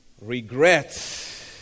regrets